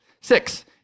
Six